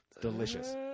Delicious